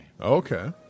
Okay